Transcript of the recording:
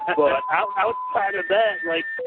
but outside of that, like that,